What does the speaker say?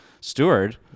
steward